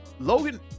Logan